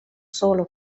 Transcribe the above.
solo